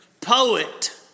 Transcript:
poet